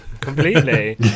completely